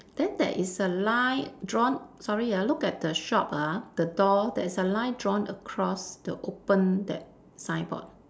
then there is a line drawn sorry ah look at the shop ah the door there's a line drawn across the open that signboard